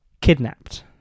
kidnapped